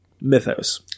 mythos